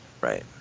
Right